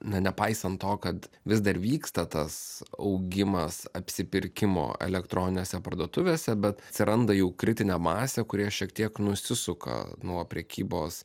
na nepaisant to kad vis dar vyksta tas augimas apsipirkimo elektroninėse parduotuvėse bet atsiranda jau kritinė masė kurie šiek tiek nusisuka nuo prekybos